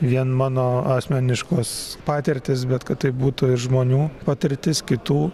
vien mano asmeniškos patirtys bet kad tai būtų ir žmonių patirtis kitų